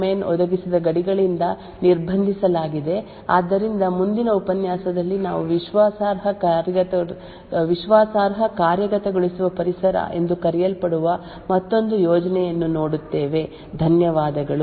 ಆದ್ದರಿಂದ ಈ fault domain ಗಳನ್ನು ನಿರ್ದಿಷ್ಟ ಫಾಲ್ಟ್ ಡೊಮೇನ್ ಒದಗಿಸಿದ ಗಡಿಗಳಿಂದ ನಿರ್ಬಂಧಿಸಲಾಗಿದೆ ಆದ್ದರಿಂದ ಮುಂದಿನ ಉಪನ್ಯಾಸದಲ್ಲಿ ನಾವು ವಿಶ್ವಾಸಾರ್ಹ ಕಾರ್ಯಗತಗೊಳಿಸುವ ಪರಿಸರ ಎಂದು ಕರೆಯಲ್ಪಡುವ ಮತ್ತೊಂದು ಯೋಜನೆಯನ್ನು ನೋಡುತ್ತೇವೆ ಧನ್ಯವಾದಗಳು